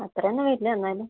അത്രയൊന്നും വരില്ല എന്നാലും